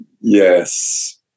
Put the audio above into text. Yes